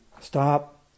stop